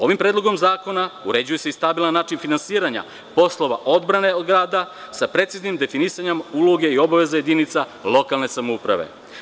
Ovim predlogom zakona uređuje se i stabilan način finansiranja poslova odbrane od grada, sa preciznim definisanjem uloge i obaveza jedinica lokalne samouprave.